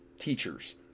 teachers